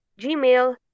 Gmail